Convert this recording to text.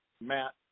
Matt